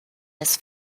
his